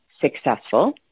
successful